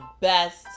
best